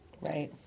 Right